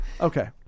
Okay